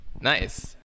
Nice